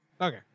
Okay